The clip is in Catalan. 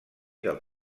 del